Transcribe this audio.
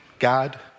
God